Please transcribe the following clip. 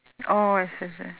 orh I see